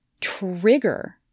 trigger